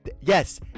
yes